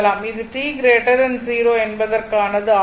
இது t 0 என்பதற்கானதாகும்